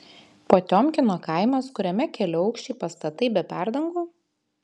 potiomkino kaimas kuriame keliaaukščiai pastatai be perdangų